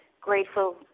Grateful